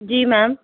جی میم